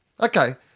okay